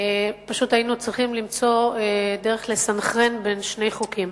פשוט היינו צריכים למצוא דרך לסנכרן בין שני חוקים.